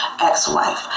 ex-wife